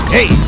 Hey